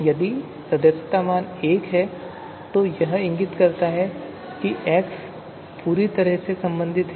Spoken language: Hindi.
यदि यह सदस्यता मान 1 है तो यह इंगित करता है कि x पूरी तरह से से संबंधित है